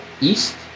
east